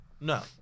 no